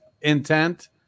intent